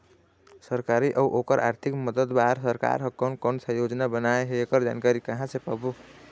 सरकारी अउ ओकर आरथिक मदद बार सरकार हा कोन कौन सा योजना बनाए हे ऐकर जानकारी कहां से पाबो?